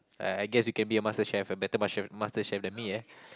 I I guess you can be the Master Chef a better Master Master Chef than me eh